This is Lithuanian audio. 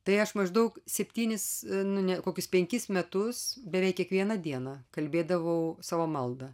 tai aš maždaug septynis nu ne kokius penkis metus beveik kiekvieną dieną kalbėdavau savo maldą